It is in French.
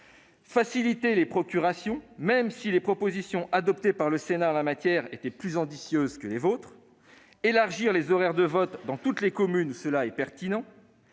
faciliter les procurations, même si les propositions adoptées par le Sénat en la matière étaient plus ambitieuses que les vôtres ; élargir les horaires de vote dans toutes les communes où c'est pertinent